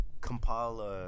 compile